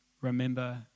remember